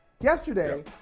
yesterday